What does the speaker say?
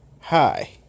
Hi